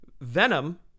Venom